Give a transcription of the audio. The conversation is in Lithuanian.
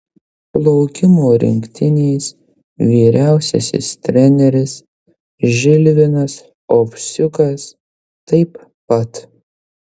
plaukimo rinktinės vyriausiasis treneris žilvinas ovsiukas taip pat